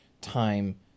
time